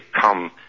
come